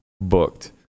booked